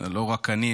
לא רק אני,